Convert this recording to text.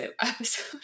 episode